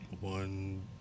One